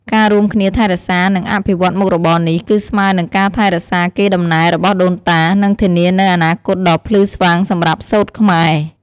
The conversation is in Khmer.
ការរួមគ្នាថែរក្សា និងអភិវឌ្ឍមុខរបរនេះ គឺស្មើនឹងការថែរក្សាកេរ្តិ៍ដំណែលរបស់ដូនតា និងធានានូវអនាគតដ៏ភ្លឺស្វាងសម្រាប់សូត្រខ្មែរ។